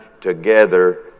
together